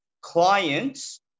clients